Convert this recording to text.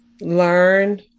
learn